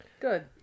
good